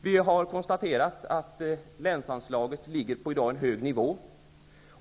Vi har konstaterat att länsanslaget i dag ligger på en hög nivå.